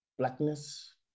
Blackness